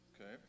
Okay